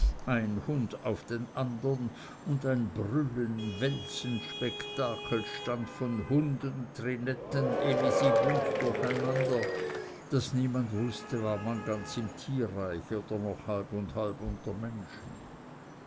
ein hund auf den andern und ein brüllen wälzen spektakel entstand von hunden trinetten elisi bunt durcheinander daß niemand wußte war man ganz im tierreich oder noch halb und halb unter menschen